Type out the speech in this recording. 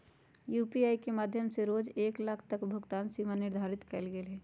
UPI के माध्यम से रोज एक लाख तक के भुगतान सीमा निर्धारित कएल गेल हइ